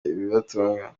ibibatunga